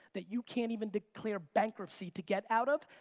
that you can't even declare bankruptcy to get out of,